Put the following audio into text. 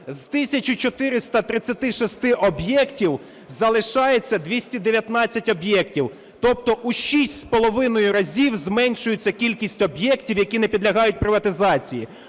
З 1436 об'єктів залишається 219 об'єктів, тобто у 6,5 разів зменшується кількість об'єктів, які не підлягають приватизації.